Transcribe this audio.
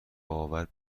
باور